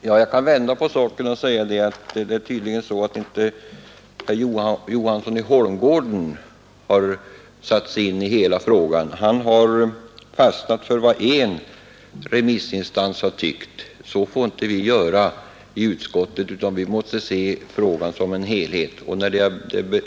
Herr talman! Jag kan vända på stocken och säga att det tydligen är herr Johansson i Holmgården som inte har satt sig in i hela frågan. Han har fastnat för vad en remissinstans har tyckt. Så får vi inte göra i utskottet, utan vi måste se frågan som en helhet.